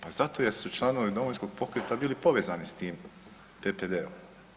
Pa zato jer su članovi Domovinskog pokreta bili povezani s tim PPD-om.